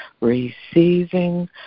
receiving